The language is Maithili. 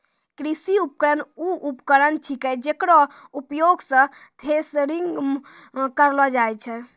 कृषि उपकरण वू उपकरण छिकै जेकरो उपयोग सें थ्रेसरिंग म करलो जाय छै